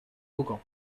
vaughan